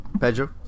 Pedro